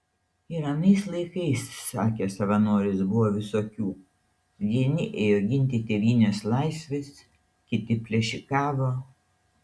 ir anais laikais sakė savanoris buvo visokių vieni ėjo ginti tėvynės laisvės kiti plėšikavo